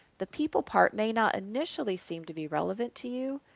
the people part may not initially seem to be relevant to you,